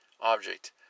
object